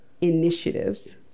initiatives